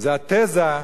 זה התזה,